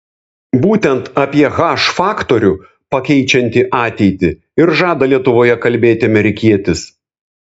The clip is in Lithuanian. būtent apie h faktorių pakeičiantį ateitį ir žada lietuvoje kalbėti amerikietis